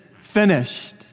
finished